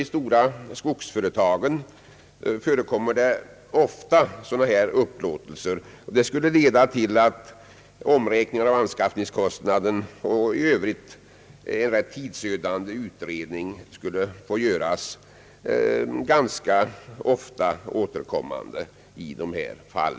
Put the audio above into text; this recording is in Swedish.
Sådana upplåtelser förekommer ofta, särskilt inom skogsföretagen. I dessa fall skulle omräkning av anskaffningskostnaden och övrig rätt tidsödande utredning få göras ofta.